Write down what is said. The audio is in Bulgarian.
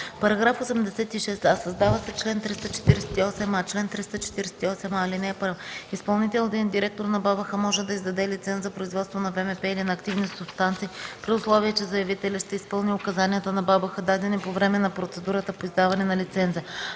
86ж: „§ 86а. Създава се чл. 348а: „Чл. 348а (1) Изпълнителният директор на БАБХ може да издаде лиценз за производство на ВМП или на активни субстанции при условие, че заявителя ще изпълни указанията на БАБХ, дадени по време на процедурата по издаване на лиценза.